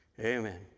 amen